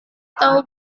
tau